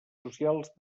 socials